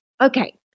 Okay